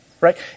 right